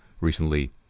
recently